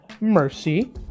Mercy